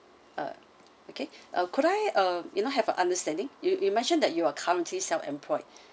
uh okay uh could I uh you know have a understanding you you mentioned that you are currently self employed